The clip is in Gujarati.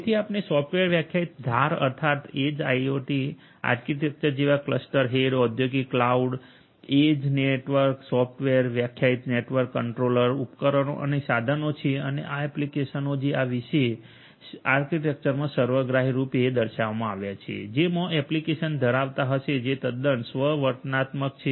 તેથી આપણે સોફ્ટવેર વ્યાખ્યાયિત ધાર અર્થાત એજ આઈઆઈઓટી આર્કિટેક્ચર જેવા ક્લસ્ટર હેડ ઔદ્યોગિક ક્લાઉડ એજ નેટવર્ક સોફ્ટવેર વ્યાખ્યાયિત નેટવર્ક કંટ્રોલર ઉપકરણો અને સાધનો છે અને આ એપ્લિકેશનો જે આ વિશેષ આર્કિટેક્ચરમાં સર્વગ્રાહી રૂપે દર્શાવવામાં આવ્યા છે જેવા એપ્લિકેશન ધરાવતા હશો જે તદ્દન સ્વ વર્ણનાત્મક છે